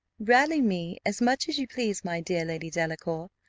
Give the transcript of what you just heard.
rally me as much as you please, my dear lady delacour,